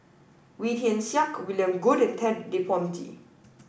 Wee Tian Siak William Goode and Ted De Ponti